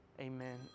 Amen